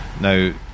Now